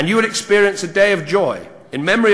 בדאונינג סטריט, כאשר באו אלי 50 ניצולי השואה.